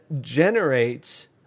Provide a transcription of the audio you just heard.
generates